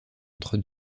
entre